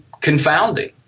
confounding